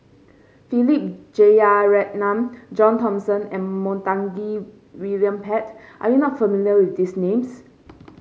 Philip Jeyaretnam John Thomson and Montague William Pett are you not familiar with these names